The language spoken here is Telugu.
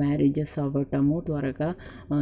మ్యారేజస్ అవడం త్వరగా